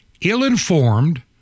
ill-informed